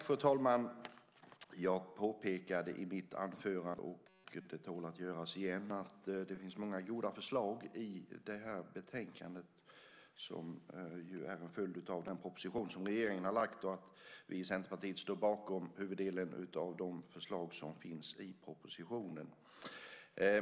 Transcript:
Fru talman! Jag påpekade i mitt anförande - och det tål att göras igen - att det finns många goda förslag i det här betänkandet, som ju är en följd av den proposition som regeringen har lagt fram, och att vi i Centerpartiet står bakom huvuddelen av de förslag som finns i propositionen.